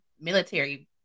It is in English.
military